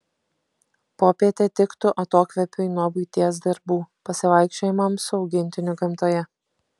popietė tiktų atokvėpiui nuo buities darbų pasivaikščiojimams su augintiniu gamtoje